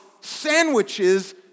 sandwiches